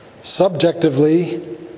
Subjectively